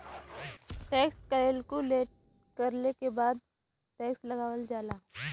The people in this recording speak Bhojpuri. टैक्स कैलकुलेट करले के बाद टैक्स लगावल जाला